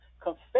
confess